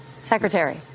secretary